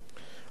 אני לא בטוח,